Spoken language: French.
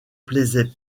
plaisait